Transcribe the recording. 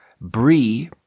Brie